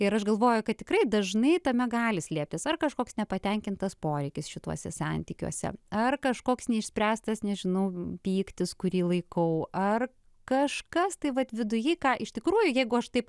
ir aš galvoju kad tikrai dažnai tame gali slėptis ar kažkoks nepatenkintas poreikis šituose santykiuose ar kažkoks neišspręstas nežinau pyktis kurį laikau ar kažkas tai vat viduje ką iš tikrųjų jeigu aš taip